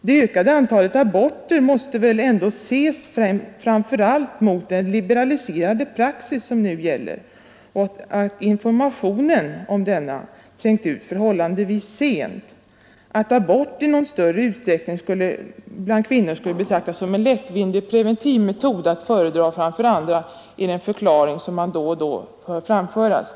Det ökade antalet aborter måste emellertid framför allt ses mot bakgrunden av den liberaliserade praxis som nu gäller och att informationen om denna trängt ut förhållandevis sent. Att abort i någon större omfattning bland kvinnor skulle betraktas som en lättvindig preventivmetod att föredras framför andra är en förklaring som man då och då hör framföras.